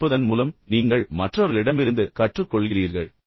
கேட்பதன் மூலம் நீங்கள் மற்றவர்களிடமிருந்து கற்றுக்கொள்கிறீர்கள்